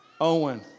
Owen